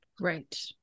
right